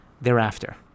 thereafter